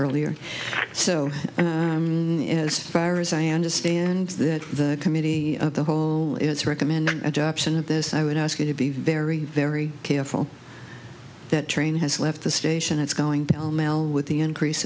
earlier so as far as i understand that the committee of the whole is recommending adoption of this i would ask you to be very very careful that train has left the station it's going down well with the increase